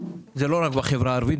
זה לא רק בחברה הערבית.